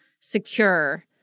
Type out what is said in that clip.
secure